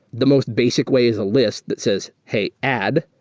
the most basic way is a list that says, hey, add,